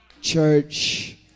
Church